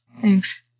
Thanks